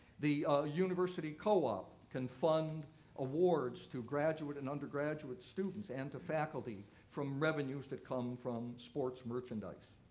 the university co-op can fund awards to graduate and undergraduate students and to faculty from revenues that come from sports merchandise.